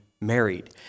married